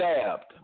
stabbed